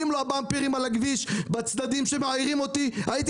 אם לא הבמפרים על הכביש בצדדים שמעירים אותי הייתי